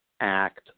act